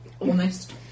honest